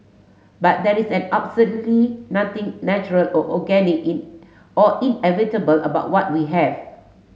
but there is an absolutely nothing natural or organic in or inevitable about what we have